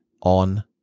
on